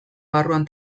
barruan